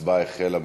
ההצבעה החלה.